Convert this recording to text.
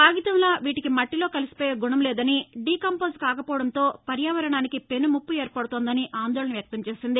కాగితంలా వీటికి మట్టిలో కలిసిపోయే గుణం లేదని దీ కంపోజ్ కాకపోవడంతో పర్యావరణానికి పెనుముప్ప ఏర్పడుతుందని ఆందోళన వ్యక్తం చేసింది